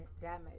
damage